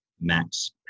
max